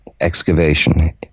excavation